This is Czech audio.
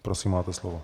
Prosím, máte slovo.